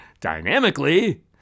dynamically